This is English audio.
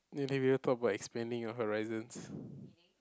maybe you want to talk about expanding your horizons